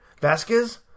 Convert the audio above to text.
Vasquez